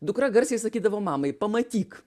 dukra garsiai sakydavo mamai pamatyk